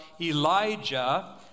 Elijah